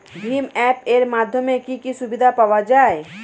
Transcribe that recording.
ভিম app এর মাধ্যমে কি কি সুবিধা পাওয়া যায়?